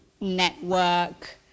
network